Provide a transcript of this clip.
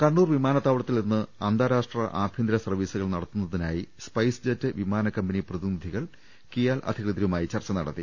കണ്ണൂർ വിമാനത്താവളത്തിൽനിന്ന് അന്താരാഷ്ട്ര ആഭ്യന്തര സർവീസുകൾ നടത്തുന്നതിനായി സ്പൈസ് ജെറ്റ് വിമാനക്കമ്പനി പ്രതിനിധികൾ കിയാൽ അധി കൃതരുമായി ചർച്ച നടത്തി